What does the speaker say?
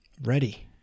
Ready